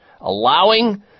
allowing